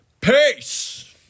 Peace